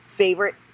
Favorite